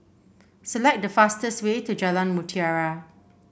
select the fastest way to Jalan Mutiara